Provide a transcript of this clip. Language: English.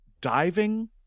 diving